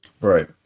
Right